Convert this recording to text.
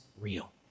real